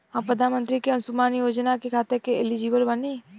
हम प्रधानमंत्री के अंशुमान योजना खाते हैं एलिजिबल बनी?